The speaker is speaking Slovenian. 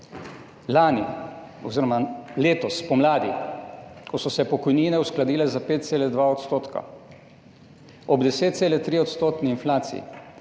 lani oziroma letos spomladi, ko so se pokojnine uskladile za 5,2 % ob 10,3-odstotni inflaciji,